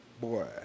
boy